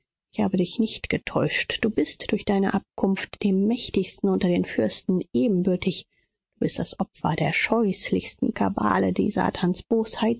ich habe dich nicht getäuscht du bist durch deine abkunft den mächtigsten unter den fürsten ebenbürtig du bist das opfer der scheußlichsten kabale die